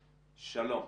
שלום.